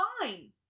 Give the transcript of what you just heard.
fine